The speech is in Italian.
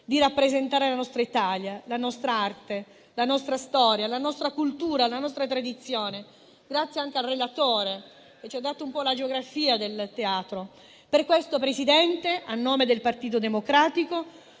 di rappresentare la nostra Italia, la nostra arte, la nostra storia, la nostra cultura e la nostra tradizione. Grazie anche al relatore, che ci ha dato un po' la geografia del teatro. Per questo, signor Presidente, a nome del Partito Democratico,